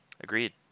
Agreed